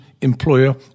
employer